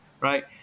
right